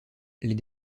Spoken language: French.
les